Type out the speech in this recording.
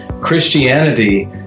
Christianity